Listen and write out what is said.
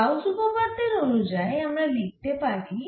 Gauss উপপাদ্যের অনুযায়ী আমরা লিখতে পারি